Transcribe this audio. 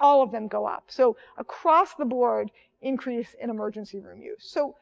all of them go up. so across the board increase in emergency room use. so